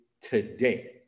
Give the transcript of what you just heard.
today